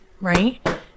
right